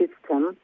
system